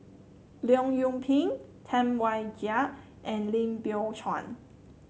Leong Yoon Pin Tam Wai Jia and Lim Biow Chuan